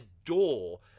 adore